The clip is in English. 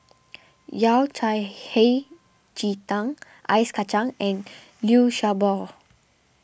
Yao Cai Hei Ji Tang Ice Kacang and Liu Sha Bao